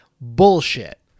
bullshit